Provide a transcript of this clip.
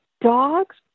dogs